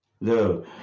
No